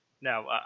now